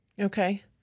Okay